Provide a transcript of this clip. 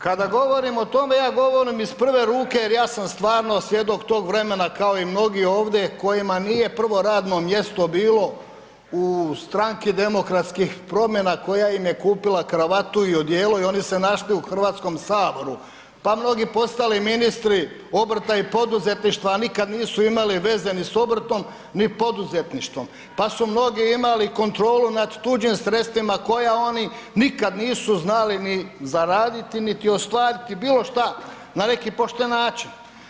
Kada govorim o tome, ja govorim iz prve ruke jer ja sam stvarno svjedok tog vremena kao i mnogi ovdje kojima nije prvo radno mjesto bilo u Stranki demokratskih promjena koja im je kupila kravatu i odijelo i oni se našli u HS, pa mnogi postali ministri obrta i poduzetništva, a nikad nisu imali veze ni s obrtom, ni poduzetništvom, pa su mnogi imali kontrolu nad tuđim sredstvima koja oni nikad nisu znali ni zaraditi, niti ostvariti bilo šta na neki pošten način.